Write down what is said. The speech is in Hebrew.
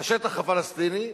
השטח הפלסטיני,